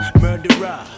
Murderer